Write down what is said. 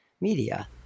media